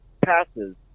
passes